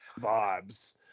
vibes